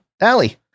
Allie